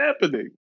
happening